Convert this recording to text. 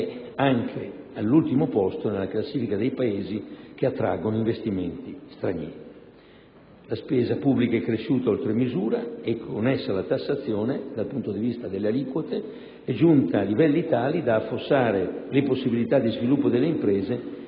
anche all'ultimo posto nella classifica dei Paesi che attraggono investimenti stranieri. La spesa pubblica è cresciuta oltre misura e con essa la tassazione, dal punto di vista delle aliquote, è giunta a livelli tali da affossare le possibilità di sviluppo delle imprese